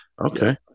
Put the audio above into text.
okay